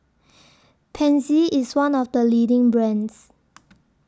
Pansy IS one of The leading brands